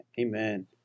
Amen